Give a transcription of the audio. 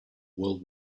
world